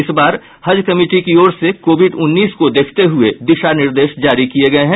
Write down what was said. इस बार हज कमिटी की ओर से कोविड उन्नीस को देखते हुये दिशा निर्देश जारी किये गये हैं